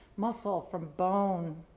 muscle from bone.